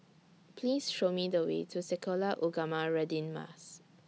Please Show Me The Way to Sekolah Ugama Radin Mas